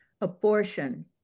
Abortion